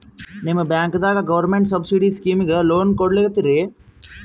ನಿಮ ಬ್ಯಾಂಕದಾಗ government subsidy ಸ್ಕೀಮಿಗಿ ಲೊನ ಕೊಡ್ಲತ್ತೀರಿ?